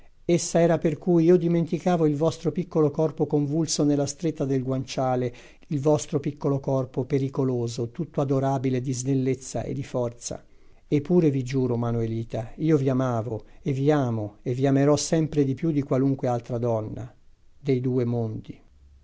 dolce essa era per cui io dimenticavo il vostro piccolo corpo convulso nella stretta del guanciale il vostro piccolo corpo pericoloso tutto adorabile di snellezza e di forza e pure vi giuro manuelita io vi amavo vi amo e vi amerò sempre più di qualunque altra donna dei due mondi